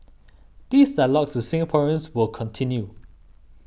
these dialogues with Singaporeans will continue